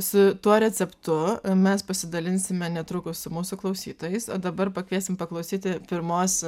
su tuo receptu mes pasidalinsime netrukus su mūsų klausytojais o dabar pakviesim paklausyti pirmos